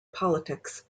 politics